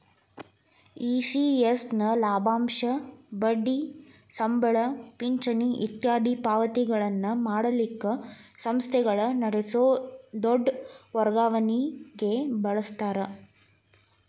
ECS ನ ಲಾಭಾಂಶ, ಬಡ್ಡಿ, ಸಂಬಳ, ಪಿಂಚಣಿ ಇತ್ಯಾದಿ ಪಾವತಿಗಳನ್ನ ಮಾಡಲಿಕ್ಕ ಸಂಸ್ಥೆಗಳ ನಡಸೊ ದೊಡ್ ವರ್ಗಾವಣಿಗೆ ಬಳಸ್ತಾರ